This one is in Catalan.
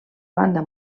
banda